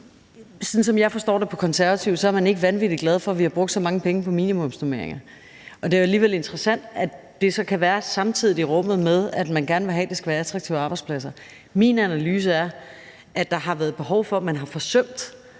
Sådan som jeg forstår det på Konservative, er man ikke vanvittig glad for, at vi har brugt så mange penge på minimumsnormeringer, og det er jo alligevel interessant, at det så kan være i rummet samtidig med, at man gerne vil have, at det skal være attraktive arbejdspladser. Min analyse er, at der har været et behov, og at man har forsømt